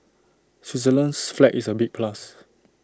Switzerland's flag is A big plus